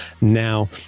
now